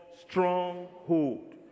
stronghold